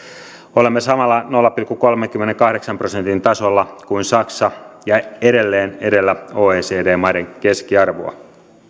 olemme samalla nolla pilkku kolmenkymmenenkahdeksan prosentin tasolla kuin saksa ja edelleen edellä oecd maiden keskiarvoa